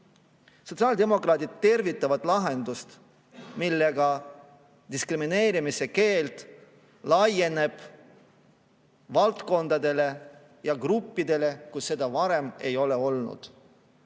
Sotsiaaldemokraadid tervitavad lahendust, millega diskrimineerimise keeld laieneb valdkondadele ja gruppidele, kus [ja kellel] seda varem ei ole olnud.